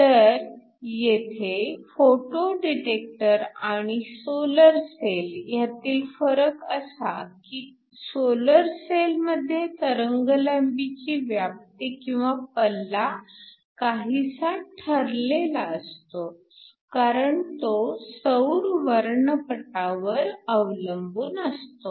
तर येथे photo detector आणि सोलर सेल ह्यातील फरक असा की सोलर सेल मध्ये तरंगलांबीची व्याप्ती किंवा पल्ला काहीसा ठरलेला असतो कारण तो सौर वर्णपटावर अवलंबून असतो